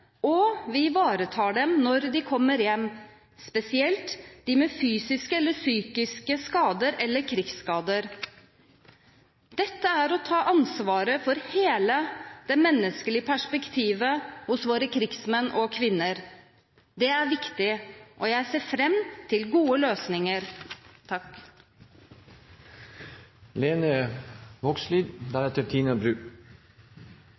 og vi ivaretar dem når de kommer hjem, spesielt de med fysiske eller psykiske skader eller krigsskader. Dette er å ta ansvaret for hele det menneskelige perspektivet hos våre krigsmenn og -kvinner. Det er viktig, og jeg ser fram til gode løsninger.